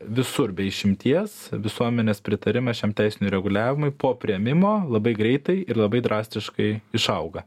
visur be išimties visuomenės pritarimas šiam teisiniui reguliavimui po priėmimo labai greitai ir labai drastiškai išauga